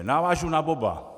Navážu na oba.